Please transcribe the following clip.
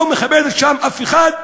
לא מכבדת שם אף אחד,